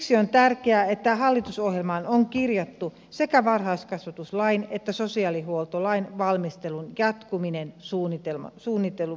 siksi on tärkeää että hallitusohjelmaan on kirjattu sekä varhaiskasvatuslain että sosiaalihuoltolain valmistelun jatkuminen suunnitellun mukaisesti